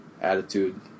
attitude